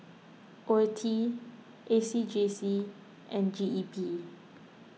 Oeti A C J C and G E P